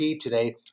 today